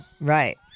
Right